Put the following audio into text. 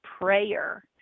prayer